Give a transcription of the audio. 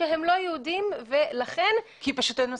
שהם לא יהודים ולכן --- כי פשוט אין מספיק.